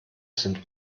sind